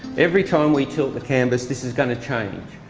every time we tilt the canvas this is going to change,